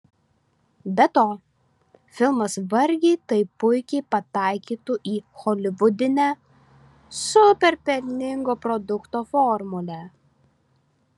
be to filmas vargiai taip puikiai pataikytų į holivudinę super pelningo produkto formulę